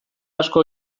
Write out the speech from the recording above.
asko